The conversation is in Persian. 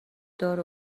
دار